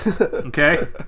okay